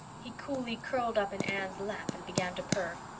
he coolly curled up in anne's lap and began to purr.